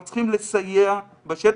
אנחנו צריכים לסייע בשטח.